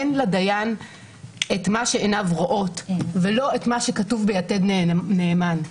אין לדיין את מה שעיניו רואות ולא את מה שכתוב ב"יתד נאמן",